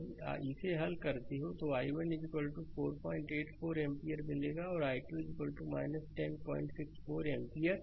slide का समय देखें 1107 यदि इसे हल करते हैं तो i1 48 4 एम्पीयर मिलेगा और i2 1064 एम्पीयर